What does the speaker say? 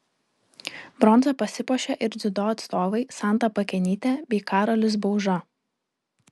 bronza pasipuošė ir dziudo atstovai santa pakenytė bei karolis bauža